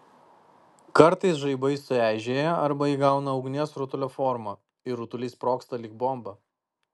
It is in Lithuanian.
kartais žaibai sueižėja arba įgauna ugnies rutulio formą ir rutulys sprogsta lyg bomba